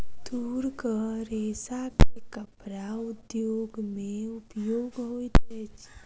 तूरक रेशा के कपड़ा उद्योग में उपयोग होइत अछि